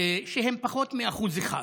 שהם פחות מ-1%,